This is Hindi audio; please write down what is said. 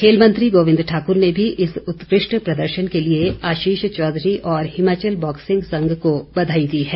खेल मंत्री गोविंद ठाकुर ने भी इस उत्कृष्ट प्रदर्शन के लिए आशीष चौधरी और हिमाचल बॉक्सिंग संघ को बधाई दी है